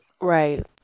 Right